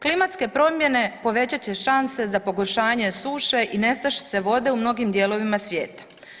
Klimatske promjene povećat će šanse za pogoršanje suše i nestašice vode u mnogim dijelovima svijeta.